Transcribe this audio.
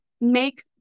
make